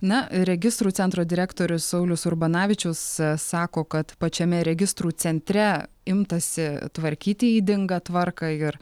na registrų centro direktorius saulius urbanavičius sako kad pačiame registrų centre imtasi tvarkyti ydingą tvarką ir